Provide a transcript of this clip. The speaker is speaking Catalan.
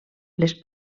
les